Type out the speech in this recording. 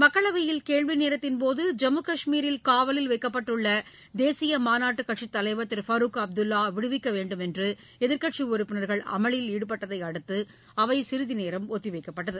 மக்களவையில் கேள்வி நேரத்தின்போது ஜம்மு கஷ்மீரில் காவலில் வைக்கப்பட்டுள்ள தேசிய மாநாட்டுக் கட்சித் தலைவர் திரு ஃபரூக் அப்துல்வா விடுவிக்க வேண்டுமென்று எதிர்க்கட்சி உறுப்பினர்கள் அமளியில் ஈடுபட்டதை அடுத்து அவை சிறிது நேரம் ஒத்திவைக்கப்பட்டது